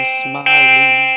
smiling